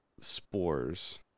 spores